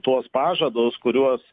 tuos pažadus kuriuos